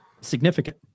significant